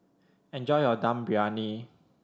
enjoy your Dum Briyani